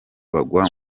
bagwa